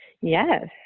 Yes